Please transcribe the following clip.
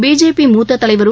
BJP மூத்த தலைவரும்